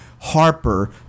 Harper